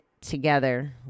together